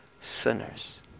sinners